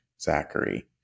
Zachary